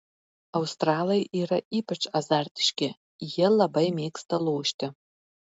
australai yra ypač azartiški jie labai mėgsta lošti